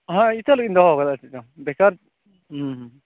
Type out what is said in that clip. ᱦᱳᱭ ᱤᱛᱟᱹ ᱞᱟᱹᱜᱤᱫ ᱤᱧ ᱫᱚᱦᱚ ᱟᱠᱟᱫᱟ ᱪᱮᱫ ᱪᱚᱝ ᱵᱮᱠᱟᱨ ᱵᱮᱠᱟᱨ ᱦᱩᱸ